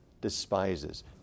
despises